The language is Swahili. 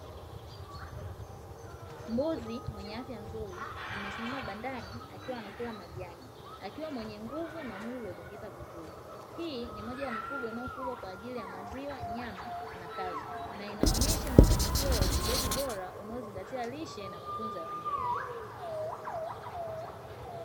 Mbuzi mwenye afya nzuri amesimama bandani akiwa anakula majani, akiwa mwenye nguvu na mwili uliojengeka vizuri. Hii ni moja ya mifugo inayofugwa kwa ajili ya maziwa, nyama na kazi na inaonesha mafanikio ya ufugaji bora unaozingatia lishe na matunzo ya wanyama.